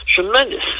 Tremendous